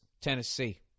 Tennessee